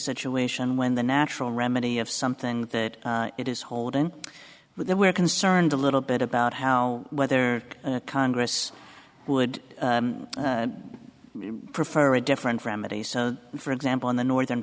situation when the natural remedy of something that it is holding there we're concerned a little bit about how whether congress would prefer a different remedies so for example in the northern